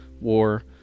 war